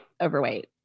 overweight